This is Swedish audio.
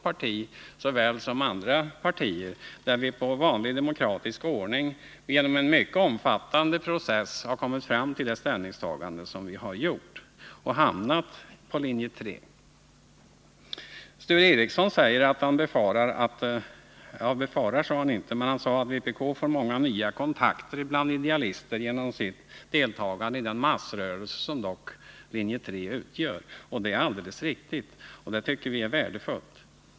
Där har vi liksom man gör i andra partier i vanlig demokratisk ordning, genom en mycket omfattande process, kommit fram till det ställningstagande som har gjort att vi har hamnat på linje 3. Sture Ericson säger att vpk får många nya kontakter bland idealister genom sitt deltagande i den massrörelse som dock linje 3 utgör. Det är alldeles riktigt. Och det tycker vi är värdefullt.